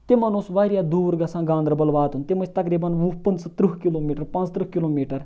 تِمَن اوس واریاہ دوٗر گَژھان گاندَربَل واتُن تِم ٲسۍ تَقریبن وُہ پٕنٛژٕہ ترٕٛہ کِلوٗمیٹَر پَنژتٕرٛہ کِلوٗمیٹَر